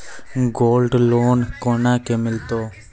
Gold loan कोना के मिलते यो?